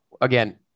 Again